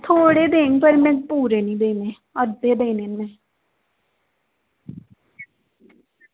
थोह्ड़े देने पर में पूरे निं देने अद्धे देने